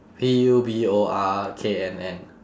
P U B O R K_N_N